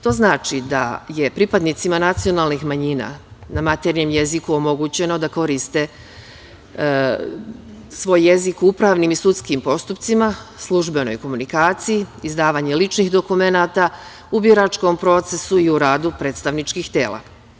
To znači da je pripadnicima nacionalnih manjina na maternjem jeziku omogućeno da mogu da koriste svoj jezik u upravnim i sudskim postupcima, službenoj komunikaciji, izdavanje ličnih dokumenata, u biračkom procesu i u radu predstavničkih tela.